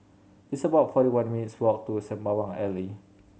it's about forty one minutes' walk to Sembawang Alley